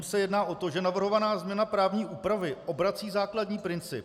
V něm se jedná o to, že navrhovaná změna právní úpravy obrací základní princip.